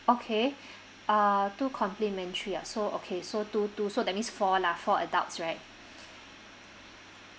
okay uh two complementary ah so okay so two two so that means four lah for adults right